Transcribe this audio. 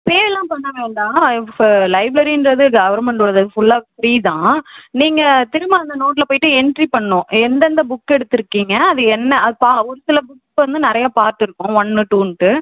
பேலாம் பண்ண வேண்டாம் இப்போ லைப்ரரின்றது கவர்மண்ட்டோடது ஃபுல்லா ஃபிரீ தான் நீங்கள் திரும்ப அந்த நோடில் போயிட்டு என்ட்ரி பண்ணணும் எந்தெந்த புக் எடுத்துருக்கீங்க அது என்ன பா ஒரு சில புக்ஸ் வந்து நிறையா பார்ட் இருக்கும் ஒன்று டூன்ட்டு